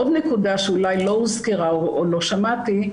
עוד נקודה שאולי לא הוזכרה או לא שמעתי,